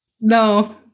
No